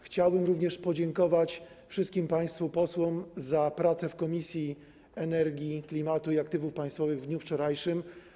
Chciałbym również podziękować wszystkim państwu posłom za pracę w Komisji do Spraw Energii, Klimatu i Aktywów Państwowych w dniu wczorajszym.